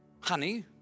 honey